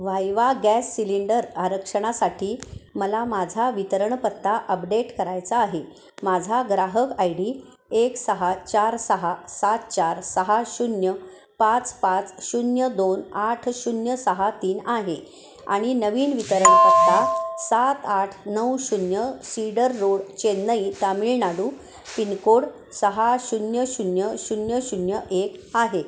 viva gas cylinder आरक्षणासाठी मला माझा वितरणपत्ता अपडेट करायचा आहे माझा ग्राहक आय डी एक सहा चार सहा सात चार सहा शून्य पाच पाच शून्य दोन आठ शून्य सहा तीन आहे आणि नवीन वितरणपत्ता सात आठ नऊ शून्य cedar road Chennai Tamil Nadu pin code सहा शून्य शून्य शून्य शून्य एक आहे